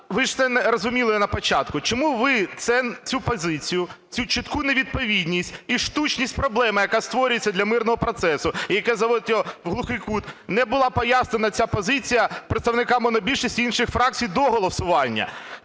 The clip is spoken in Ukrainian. Ви ж це розуміли на початку. Чому ви цю позицію, цю чітку невідповідність і штучність проблеми, яка створюється для мирного процесу, яке заводить його в глухий кут, не була пояснена ця позиція представника монобільшості і інших фракцій до голосування?